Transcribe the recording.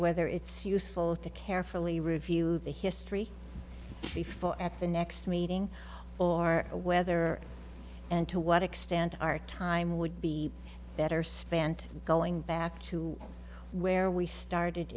whether it's useful to carefully review the history before at the next meeting or whether and to what extent our time would be better spent going back to where we started